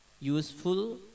useful